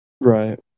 right